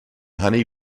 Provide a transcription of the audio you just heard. honey